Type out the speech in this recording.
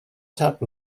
sap